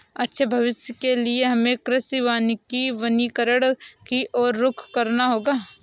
अच्छे भविष्य के लिए हमें कृषि वानिकी वनीकरण की और रुख करना होगा